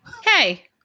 Hey